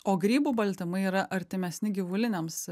o grybų baltymai yra artimesni gyvuliniams